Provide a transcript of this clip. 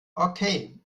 okay